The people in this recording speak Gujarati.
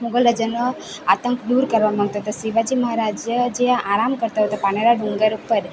મુગલ રાજાનો આતંક દૂર કરવા માંગતા હતા શિવાજી મહારાજ જ્યાં આરામ કરતાં હતાં પાનેરા ડુંગર પર